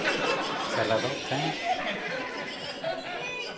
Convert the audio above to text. ᱥᱮᱞᱮᱫᱚᱜ ᱯᱮ